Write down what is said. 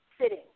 sitting